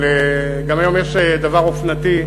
אבל היום יש דבר אופנתי,